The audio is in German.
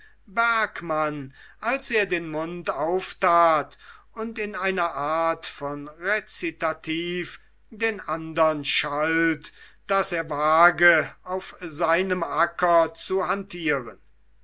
bergmann als er den mund auftat und in einer art von rezitativ den andern schalt daß er wage auf seinem acker zu hantieren